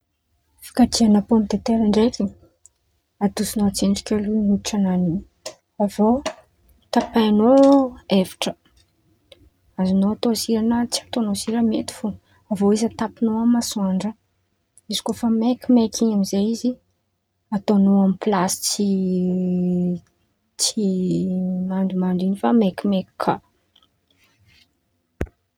Fikajian̈a pômy de taira ndraiky, adoson̈ao atsendriky alôha oditrin̈any in̈y avy eo tapahin̈ao efitra azon̈ao atao sira na tsy ataon̈ao sira mety fo, avy eo izy atapin̈ao amy masoandra, izikoa fa maikimaiky in̈y amizay izy ataon̈ao amy plasy tsi-tsy mandomando in̈y fa maikimaiky kà.